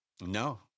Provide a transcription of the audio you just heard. no